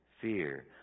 Fear